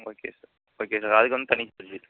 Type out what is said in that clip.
okay sir okay sir அதுக்கு வந்து தனி சார்ஜு